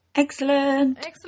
Excellent